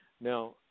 now